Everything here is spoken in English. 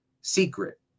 secret